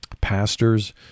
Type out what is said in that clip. Pastors